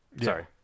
sorry